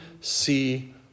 see